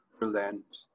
relent